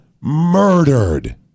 murdered